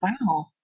Wow